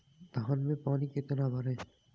धान में पानी कितना भरें?